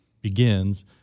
begins